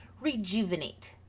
rejuvenate